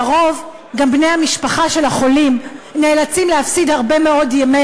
לרוב גם בני המשפחה של החולים נאלצים להפסיד הרבה מאוד ימי